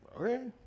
Okay